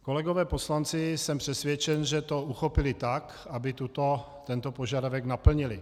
Kolegové poslanci, jsem přesvědčen, to uchopili tak, aby tento požadavek naplnili.